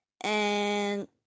and-